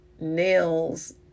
nails